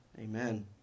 Amen